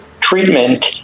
treatment